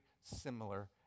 similar